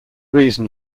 reason